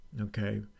Okay